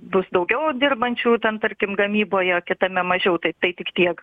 bus daugiau dirbančiųjų ten tarkim gamyboje o kitame mažiau tai tik tiek